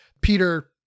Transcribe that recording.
peter